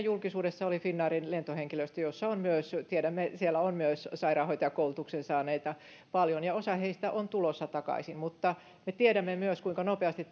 julkisuudessa oli esimerkkinä finnairin lentohenkilöstö jossa on tiedämme myös sairaanhoitajakoulutuksen saaneita paljon ja osa heistä on tulossa takaisin mutta me tiedämme myös kuinka nopeasti